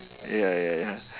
ya ya ya